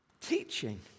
teaching